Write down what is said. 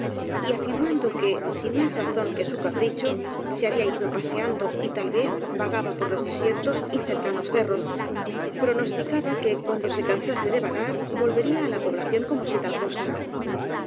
y afirmando que sin más razón que su capricho se había ido paseando y tal vez vagaba por los desiertos y cercanos ce rros pronosticaba que cuando se cansase de vagar volvería á la población como si tal cosa